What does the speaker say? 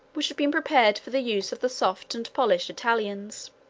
which had been prepared for the use of the soft and polished italians.